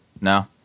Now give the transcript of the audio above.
No